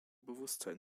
bewusstsein